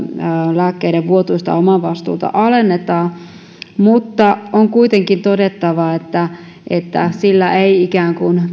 lääkkeiden vuotuista omavastuuta alennetaan mutta on kuitenkin todettava että että sillä ei pystytä ikään kuin